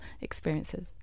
experiences